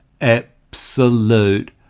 Absolute